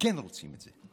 כן רוצים את זה.